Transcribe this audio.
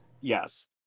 Yes